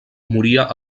moria